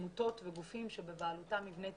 עמותות וגופים שבבעלותם מבני ציבור.